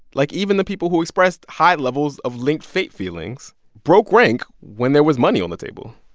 like, even the people who expressed high levels of linked fate feelings broke rank when there was money on the table.